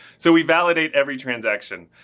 so we validate every transaction.